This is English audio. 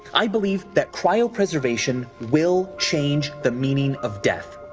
i believe that cryo preservation will change the meaning of death,